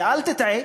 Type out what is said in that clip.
ואל תטעה